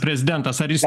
prezidentas ar jis